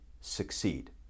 succeed